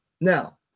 Now